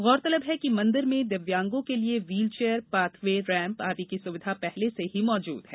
गौरतलब है कि मंदिर में दिव्यांगों के लिए व्हीलचेयर पाथवे रैंप आदि की सुविधा पहले से ही मौजूद है